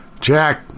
Jack